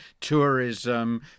tourism